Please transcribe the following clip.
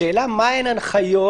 השאלה היא מהן ההנחיות